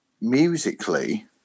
musically